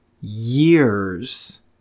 years